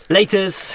Laters